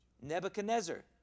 Nebuchadnezzar